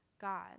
God